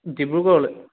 ডিব্ৰুগড়লে